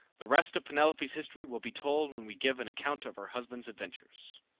the rest of penelope's history will be told when we give an account of her husband's adventures.